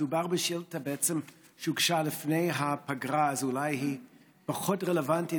מדובר בשאילתה שהוגשה בעצם לפני הפגרה אז אולי היא פחות רלוונטית.